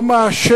זאת אומרת,